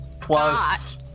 plus